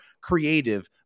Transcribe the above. creative